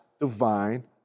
divine